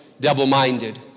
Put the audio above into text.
Double-minded